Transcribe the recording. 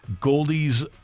Goldie's